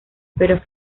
pero